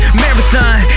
marathon